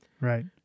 right